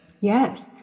Yes